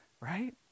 Right